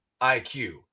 IQ